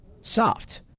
soft